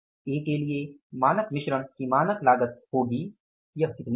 ए के लिए मानक मिश्रण की मानक लागत होगी यह कितनी होगी